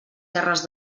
terres